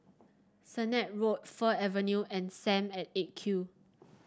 Sennett Road Fir Avenue and Sam at Eight Q